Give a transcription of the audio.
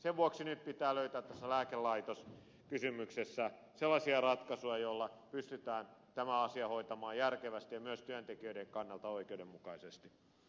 sen vuoksi nyt pitää löytää tässä lääkelaitos kysymyksessä sellaisia ratkaisuja joilla pystytään tämä asia hoitamaan järkevästi ja myös työntekijöiden kannalta oikeudenmukaisesti